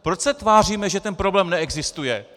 Proč se tváříme, že ten problém neexistuje?